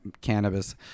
cannabis